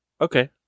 Okay